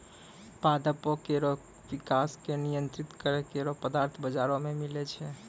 पादपों केरो विकास क नियंत्रित करै केरो पदार्थ बाजारो म मिलै छै